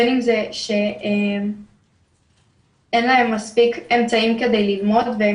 בין אם זה שאין להם מספיק אמצעים כדי ללמוד והם